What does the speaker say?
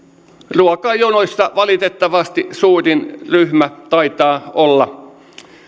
ruokajonoissa valitettavasti suurin ryhmä taitaa olla